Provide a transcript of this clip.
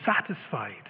satisfied